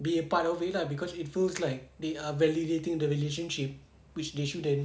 be a part of it lah cause it feels like they are validating the relationship which they shouldn't